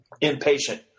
impatient